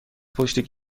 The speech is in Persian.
پشت